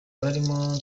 barimo